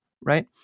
right